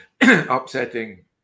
upsetting